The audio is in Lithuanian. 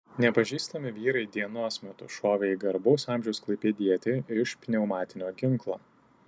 nepažįstami vyrai dienos metu šovė į garbaus amžiaus klaipėdietį iš pneumatinio ginklo